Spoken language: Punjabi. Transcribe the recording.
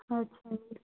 ਅੱਛਾ ਜੀ